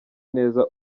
neza